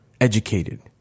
educated